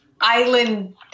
island